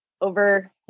over